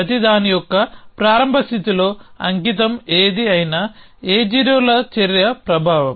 ప్రతిదాని యొక్క ప్రారంభ స్థితిలో అంకితం ఏది అయినా A0 చర్యల ప్రభావం